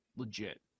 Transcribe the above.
legit